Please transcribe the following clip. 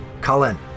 Cullen